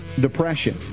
depression